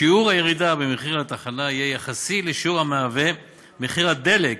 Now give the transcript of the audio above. שיעור הירידה במחיר התחנה יהיה יחסי לשיעור המהווה מחיר הדלק